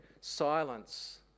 silence